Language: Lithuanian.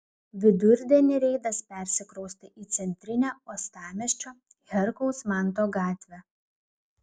vidurdienį reidas persikraustė į centrinę uostamiesčio herkaus manto gatvę